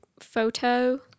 photo